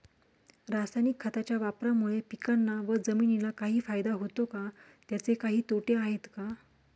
रासायनिक खताच्या वापरामुळे पिकांना व जमिनीला काही फायदा होतो का? त्याचे काही तोटे आहेत का?